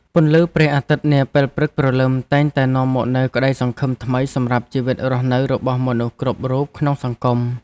ពន្លឺព្រះអាទិត្យនាពេលព្រឹកព្រលឹមតែងតែនាំមកនូវក្តីសង្ឃឹមថ្មីសម្រាប់ជីវិតរស់នៅរបស់មនុស្សគ្រប់រូបក្នុងសង្គម។